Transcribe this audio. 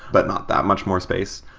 but not that much more space.